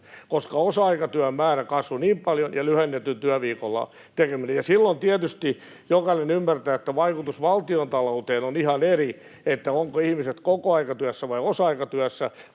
koska osa-aikatyön määrä ja lyhennetyn työviikon tekeminen kasvoivat niin paljon. Silloin tietysti jokainen ymmärtää, että vaikutus valtiontalouteen on ihan eri, ovatko ihmiset kokoaikatyössä vai osa-aikatyössä,